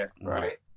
right